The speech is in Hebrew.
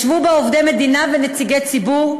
ישבו בה עובדי מדינה ונציגי ציבור.